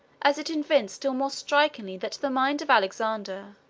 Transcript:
as it evinced still more strikingly that the mind of alexander,